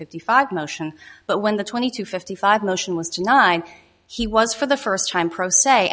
fifty five motion but when the twenty to fifty five motion was to nine he was for the st time pro se